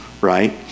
right